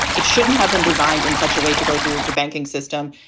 it shouldn't have been designed in such a way to go through the banking system.